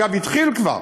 ואגב, התחיל כבר.